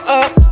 up